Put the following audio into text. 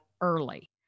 early